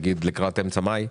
נגיד לקראת אמצע מאי,